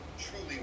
truly